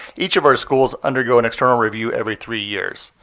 each of our schools undergo an external review every three years.